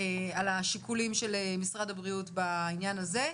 על השיקולים של משרד הבריאות בעניין הזה,